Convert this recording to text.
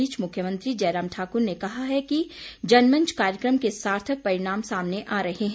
इस बीच मुख्यमंत्री जयराम ठाकुर ने कहा है कि जनमंच कार्यकम के सार्थक परिणाम सामने आ रहे हैं